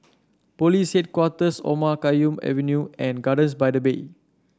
Police Headquarters Omar Khayyam Avenue and Gardens by the Bay